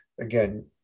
Again